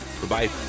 Goodbye